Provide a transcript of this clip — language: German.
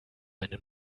eine